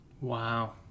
Wow